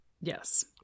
Yes